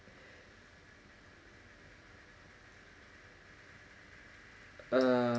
err